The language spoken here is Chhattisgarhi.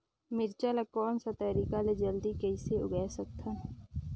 मिरचा ला कोन सा तरीका ले जल्दी कइसे उगाय सकथन?